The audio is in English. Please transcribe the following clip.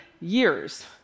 years